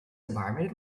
environment